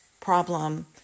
problem